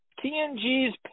TNG's